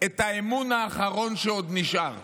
דרסתם את האמון האחרון שעוד נשאר.